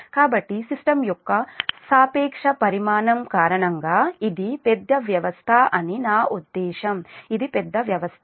కాబట్టి సిస్టమ్ యొక్క సాపేక్ష పరిమాణం కారణంగా ఇది పెద్ద వ్యవస్థ అని నా ఉద్దేశ్యం ఇది పెద్ద వ్యవస్థ